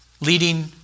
leading